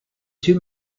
two